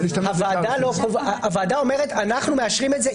הוועדה אומרת: אנחנו מאשרים את זה,